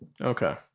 Okay